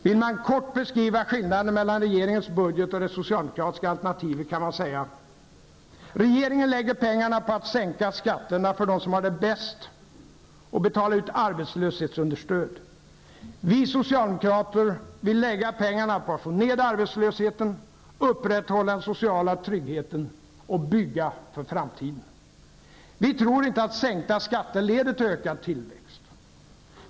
Om man kortfattat vill beskriva skillnaden mellan regeringens budget och det socialdemokratiska alternativet kan man säga att regeringen lägger pengarna på att sänka skatterna för dem som har det bäst och betala ut arbetslöshetsunderstöd. Vi socialdemokrater vill använda pengarna till att minska arbetslösheten, upprätthålla den sociala tryggheten och bygga för framtiden. Vi tror inte att sänkta skatter leder till ökad tillväxt.